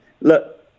Look